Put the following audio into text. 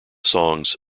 songs